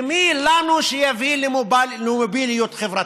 ומי לנו שיביא למוביליות חברתית?